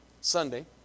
Sunday